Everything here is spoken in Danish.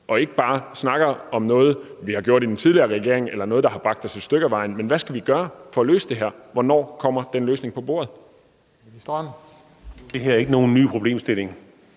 og ikke bare snakker om noget, man har gjort i den tidligere regering, eller noget, der har bragt os et stykke ad vejen. Men hvad skal vi gøre for at løse det her? Hvornår kommer den løsning på bordet? Kl. 15:21 Tredje næstformand